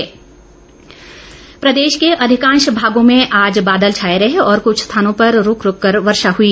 मौसम प्रदेश के अधिकांश भागों में आज बादल छाए रहे और कुछ स्थानों पर रूक रूक कर वर्षा हुई